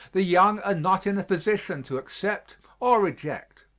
the young are not in a position to accept or reject.